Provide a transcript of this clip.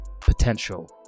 potential